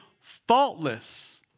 faultless